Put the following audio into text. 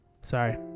Sorry